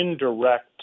indirect